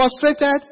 frustrated